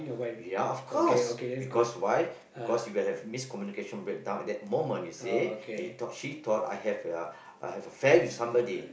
ya of course because why because you would have miscommunication breakdown at that moment you see he thought she thought I had affair with somebody